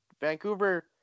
Vancouver